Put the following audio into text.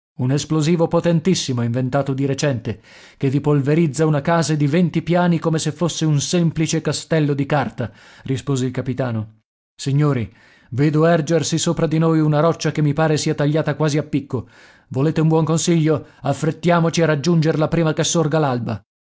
un esplosivo potentissimo inventato di recente che vi polverizza una casa di venti piani come se fosse un semplice castello di carta rispose il capitano signori vedo ergersi sopra di noi una roccia che mi pare sia tagliata quasi a picco volete un buon consiglio affrettiamoci a raggiungerla prima che sorga